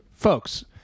Folks